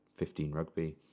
15rugby